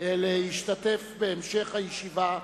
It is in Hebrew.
להשתתף בהמשך הישיבה,